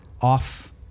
off